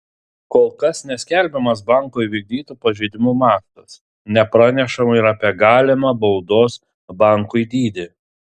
kol kas neskelbiamas banko įvykdytų pažeidimų mastas nepranešama ir apie galimą baudos bankui dydį